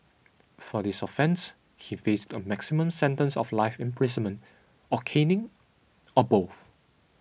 for his offence he faced a maximum sentence of life imprisonment or caning or both